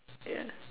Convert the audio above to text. yeah